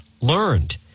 learned